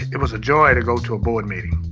it was a joy to go to a board meeting.